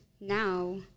now